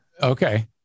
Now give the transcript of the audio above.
Okay